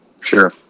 sure